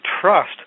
trust